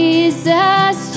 Jesus